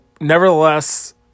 nevertheless